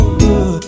good